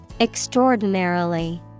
Extraordinarily